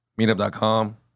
meetup.com